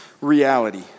reality